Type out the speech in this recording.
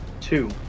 Two